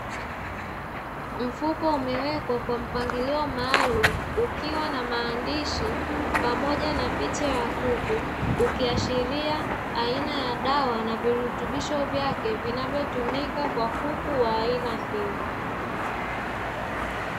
Mfuko umewekwa kwa mpangilio maalumu ukiwa na maandishi pamoja na picha ya kuku, ukiashiria aina ya dawa na virutubisho vyake vinavyotumika kwa kuku wa aina hiyo.